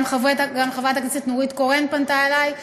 גם חברת הכנסת נורית קורן פנתה אלי,